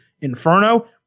Inferno